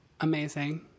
Amazing